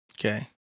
Okay